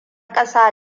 kasa